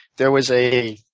there was a